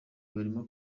barimo